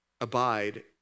Abide